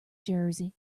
jersey